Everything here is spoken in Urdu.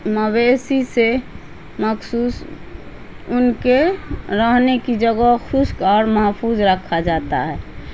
مویشی سے مخصوص ان کے رہنے کی جگہ خشک اور محفوظ رکھا جاتا ہے